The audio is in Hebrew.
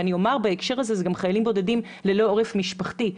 בהקשר הזה זה גם חיילים בודדים ללא עורף משפחתי,